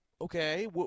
okay